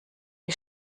wie